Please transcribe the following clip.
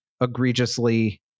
egregiously